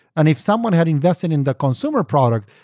and if someone had invested in the consumer product,